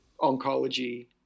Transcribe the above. oncology